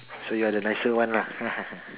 so you're the nicer one lah